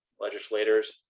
legislators